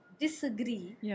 disagree